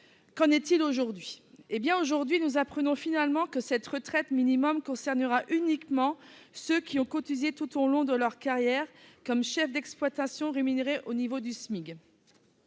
Qu'en est-il aujourd'hui ? Nous apprenons finalement que cette retraite minimum concernera uniquement ceux qui ont cotisé tout au long de leur carrière comme chef d'exploitation et qui ont été rémunérés au niveau du SMIC.